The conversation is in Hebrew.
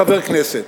חבר הכנסת.